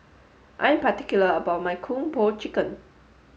I'm particular about my Kung Pao Chicken